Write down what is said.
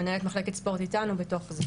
מנהל מחלקת ספורט איתנו בתוך זה.